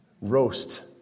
roast